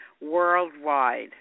worldwide